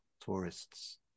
tourists